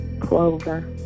Clover